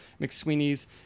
McSweeney's